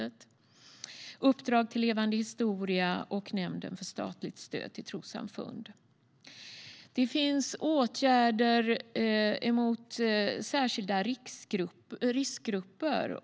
Det handlar också om uppdrag till Forum för levande historia och Nämnden för statligt stöd till trossamfund. Det finns åtgärder riktade mot särskilda riskgrupper.